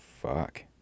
Fuck